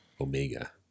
Omega